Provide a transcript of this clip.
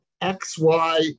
XY